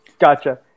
gotcha